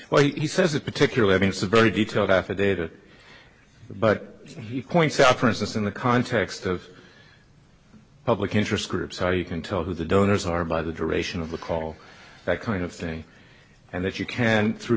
well he says a particular levingston very detailed affidavit but he points out for instance in the context of public interest groups how you can tell who the donors are by the duration of the call that kind of thing and that you can through